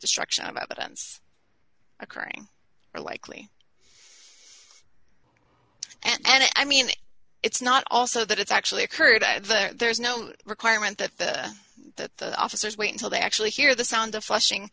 destruction of evidence occurring or likely and i mean it's not also that it's actually occurred there's no requirement that the officers wait until they actually hear the sound of flushing